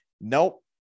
Nope